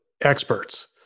experts